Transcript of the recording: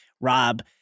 Rob